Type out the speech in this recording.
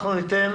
אנחנו ניתן